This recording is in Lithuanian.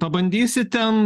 pabandysi ten